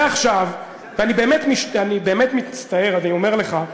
ועכשיו, ואני באמת מצטער, אני אומר לך,